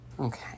Okay